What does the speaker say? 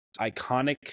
iconic